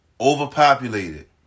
overpopulated